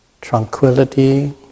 tranquility